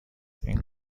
این